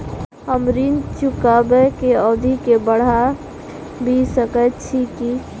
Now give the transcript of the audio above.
हम ऋण चुकाबै केँ अवधि केँ बढ़ाबी सकैत छी की?